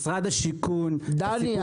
משרד השיכון בסיפור הזה --- דני,